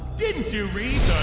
didn't you read